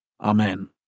amen